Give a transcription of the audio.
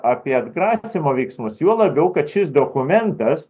apie atgrasymo veiksmus juo labiau kad šis dokumentas